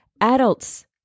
adults